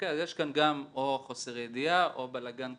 יש כאן גם או חוסר ידיעה או בלגן כללי,